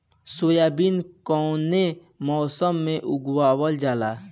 Soybean कौने मौसम में लगावल जा?